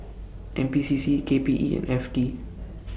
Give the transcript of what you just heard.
N P C C K P E and F T